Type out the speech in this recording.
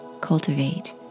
cultivate